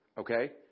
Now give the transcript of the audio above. Okay